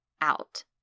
out